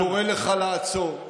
אני קורא לך לעצור,